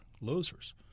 losers